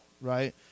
right